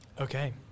Okay